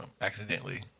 accidentally